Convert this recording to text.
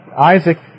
Isaac